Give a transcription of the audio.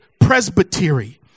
presbytery